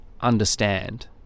understand